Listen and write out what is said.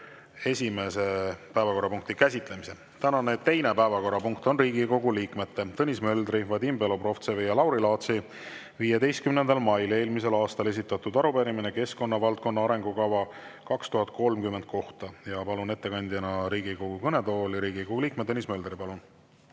esimese päevakorrapunkti käsitlemise. Tänane teine päevakorrapunkt on Riigikogu liikmete Tõnis Möldri, Vadim Belobrovtsevi ja Lauri Laatsi 15. mail eelmisel aastal esitatud arupärimine keskkonnavaldkonna arengukava 2030 kohta. Palun ettekandjana Riigikogu kõnetooli Riigikogu liikme Tõnis Möldri. Palun!